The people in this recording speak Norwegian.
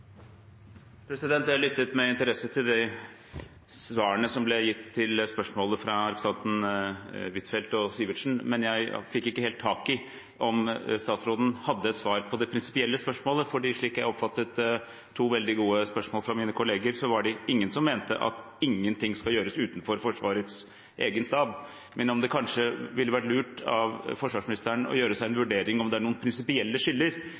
Jeg lyttet med interesse til de svarene som ble gitt på spørsmålene fra representantene Huitfeldt og Sivertsen. Jeg fikk ikke helt tak i om statsråden hadde et svar på det prinsipielle spørsmålet. Slik jeg oppfattet to veldig gode spørsmål fra mine kolleger, var det ingen som mente at ingenting skal gjøres utenfor Forsvarets egen stab, men at det kanskje ville vært lurt av forsvarsministeren å vurdere om det er noen prinsipielle skiller